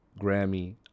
Grammy